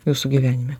jūsų gyvenime